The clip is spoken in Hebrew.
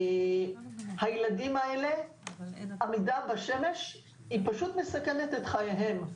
הילדים האלה, עמידה בשמש פשוט מסכנת את חייהם.